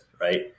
Right